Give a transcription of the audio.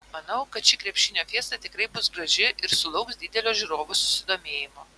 manau kad ši krepšinio fiesta tikrai bus graži ir sulauks didelio žiūrovų susidomėjimo